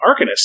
Arcanist